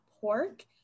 pork